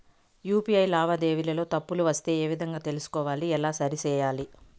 UPI లావాదేవీలలో తప్పులు వస్తే ఏ విధంగా తెలుసుకోవాలి? ఎలా సరిసేయాలి?